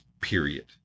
period